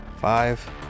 five